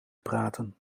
praten